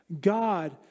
God